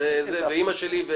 ואימא שלי,